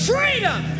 Freedom